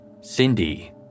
Cindy